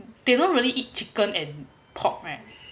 they don't really eat chicken and pork right